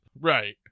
Right